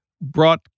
brought